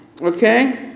Okay